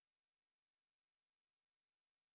now that story change